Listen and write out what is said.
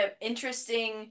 interesting